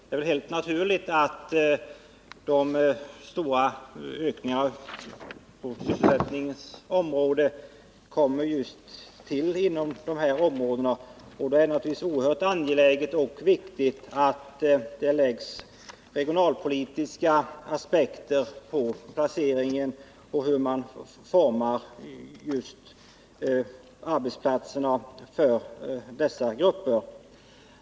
Det är helt naturligt att de stora ökningarna av sysselsättningen uppkommer just på dessa områden, och det är givetvis oerhört angeläget och viktigt att det läggs regionalpolitiska aspekter på placeringen och på utformningen av arbetsplatserna för dessa grupper.